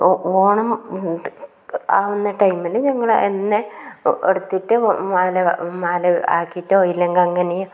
ഓണം ആവുന്ന ടൈമിൽ ഞങ്ങൾ തന്നെ എടുത്തിട്ട് മാല മാല ആക്കിയിട്ട് അതിൽ അങ്ങനെ